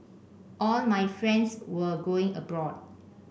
all my friends were going abroad